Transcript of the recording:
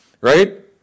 Right